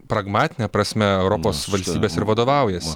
pragmatine prasme europos valstybės ir vadovaujasi